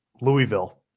Louisville